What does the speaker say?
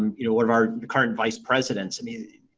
um you know one of our current vice presidents, i mean,